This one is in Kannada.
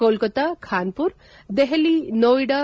ಕೋಲ್ನತಾ ಖಾನ್ಪುರ್ ದೆಹಲಿ ನೋಯ್ಡಾ